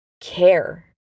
care